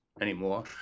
anymore